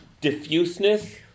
diffuseness